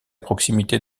proximité